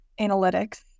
analytics